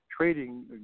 trading